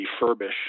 refurbish